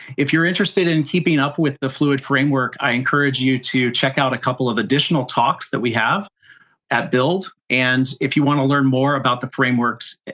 if you're interested in keeping up with the fluid framework, i encourage you to check out a couple of additional talks that we have at build. and if you want to learn more about the frameworks,